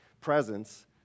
presence